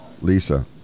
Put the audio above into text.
Lisa